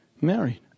married